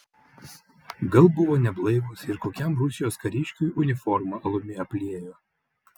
gal buvo neblaivūs ir kokiam rusijos kariškiui uniformą alumi apliejo